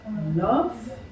love